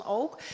ook